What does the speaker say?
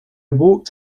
walked